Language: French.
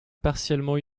partiellement